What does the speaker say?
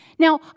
Now